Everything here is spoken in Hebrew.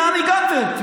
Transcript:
לאן הגעתם?